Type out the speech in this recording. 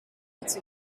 its